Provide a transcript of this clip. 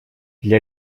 для